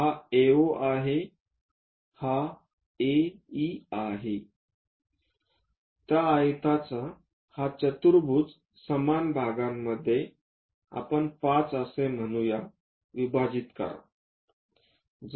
हा AO आहे हा AE आहे त्या आयताचा हा चतुर्भुज समान भागामध्ये आपण 5 असे म्हणू या विभाजित करा